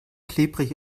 klebrig